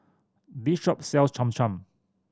this shop sells Cham Cham